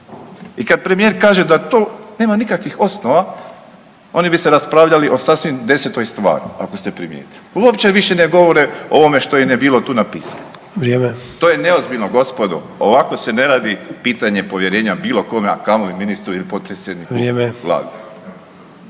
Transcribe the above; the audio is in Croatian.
I kada premijer kaže da to nema nikakvih osnova oni bi se raspravljali o sasvim 10-toj stvari ako ste primijetili. Uopće više ne govore o ovome što im je bilo tu napisano …/Upadica: Vrijeme./… to je neozbiljno gospodo, ovako se ne radi pitanje povjerenja bilo kome, a kamoli ministru …/Upadica: